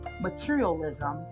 materialism